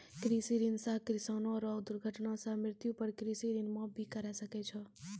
कृषि ऋण सह किसानो रो दुर्घटना सह मृत्यु पर कृषि ऋण माप भी करा सकै छै